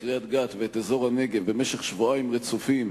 את קריית-גת ואת אזור הנגב במשך שבועיים רצופים